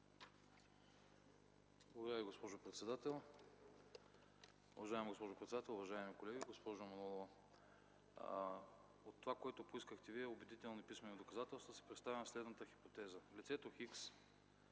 Благодаря Ви, госпожо председател. Уважаема госпожо председател, уважаеми колеги! Госпожо Манолова, от това, което поискахте Вие – „убедителни писмени доказателства”, си представям следната хипотеза. Лицето „Х”,